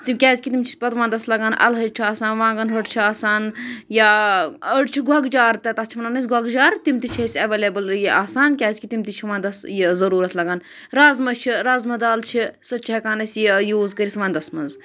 تِکیٛازِکہِ تِم چھِ پَتہٕ وَنٛدَس لَگان اَلہٕ ہَچہِ چھُ آسان وانٛگَن ۂٹ چھُ آسان یا أڑۍ چھِ گۄگجہِ آر تہٕ تَتھ چھِ وَنان أسۍ گۄگجہِ آر تِم تہِ چھِ اَسہِ ایویلیبٕل یہِ آسان کیٛازِکہِ تِم تہِ چھِ وَنٛدَس یہِ ضٔروٗرتھ لَگان رازمہٕ چھُ رازما دال چھِ سُہ تہِ چھِ ہٮ۪کان أسۍ یہِ یوٗز کٔرِتھ وَنٛدَس منٛز